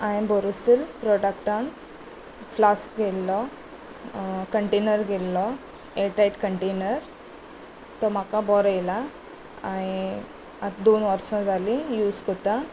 हांवें बोरोसील प्रोडक्टान फ्लास्क घेतिल्लो कंटेनर घतिल्लो एअरटायट कंटेनर तो म्हाका बरो आयला दोन वर्सां जालीं यूज करतां